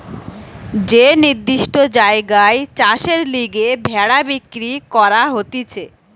যে নির্দিষ্ট জায়গায় চাষের লিগে ভেড়া বিক্রি করা হতিছে